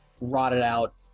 rotted-out